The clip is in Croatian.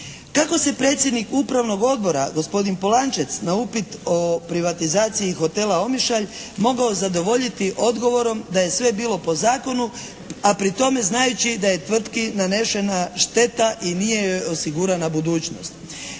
Kako se predsjednik Upravnog odbora gospodin Polančec na upit o privatizaciji hotela Omišalj mogao zadovoljiti odgovorom da je sve bilo po zakonu, a pri tome znajući da je tvrtki nanešena šteta i nije joj osigurana budućnost.